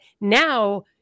now